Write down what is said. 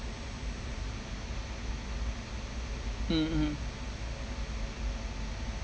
mmhmm